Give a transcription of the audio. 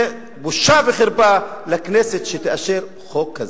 וזה בושה וחרפה לכנסת שתאשר חוק כזה.